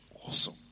awesome